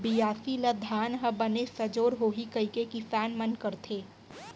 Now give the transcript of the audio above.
बियासी ल धान ह बने सजोर होही कइके किसान मन करथे